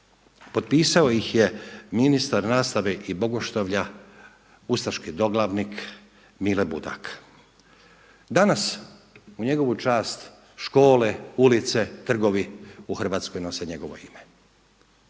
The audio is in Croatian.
Potpisao ih je ministar nastave i bogoštovlja ustaški doglavnik Mile Budak. Danas u njegovu čast škole, ulice, trgovi u Hrvatskoj nose njegovo ime.